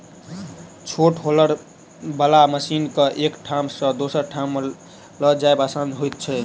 छोट हौलर बला मशीन के एक ठाम सॅ दोसर ठाम ल जायब आसान होइत छै